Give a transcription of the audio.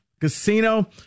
Casino